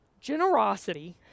Generosity